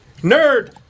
Nerd